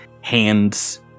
hands